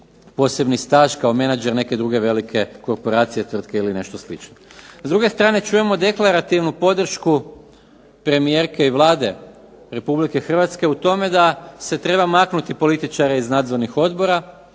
posebni staž kao menadžer neke druge velike korporacije tvrtke ili nešto slično. S druge strane čujemo deklarativnu podršku premijerke i Vlade Republike Hrvatske u tome da se treba maknuti političare iz nadzornih odbora,